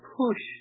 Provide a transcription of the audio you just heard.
push